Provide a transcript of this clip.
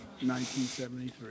1973